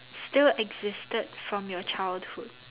still existed from your childhood